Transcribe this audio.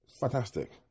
fantastic